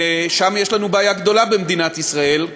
שם יש לנו בעיה גדולה במדינת ישראל,